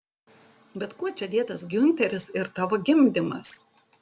bet kuo čia dėtas giunteris ir tavo gimdymas